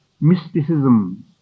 mysticism